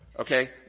Okay